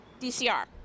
DCR